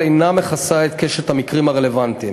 אינה מכסה את קשת המקרים הרלוונטיים.